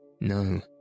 No